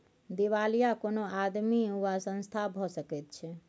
दिवालिया कोनो आदमी वा संस्था भए सकैत छै